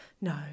No